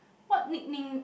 what nickname